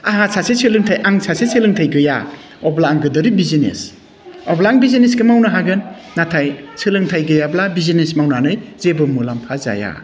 आंहा सासे सोलोंथाइ आं सासे सोलोंथाइ गैया अब्ला आं गेदेर बिजनेस अब्ला आं बिजनेसखौ मावनो हागोन नाथाय सोलोंथाइ गैयाब्ला बिजनेस मावनानै जेबो मुलाम्फा जाया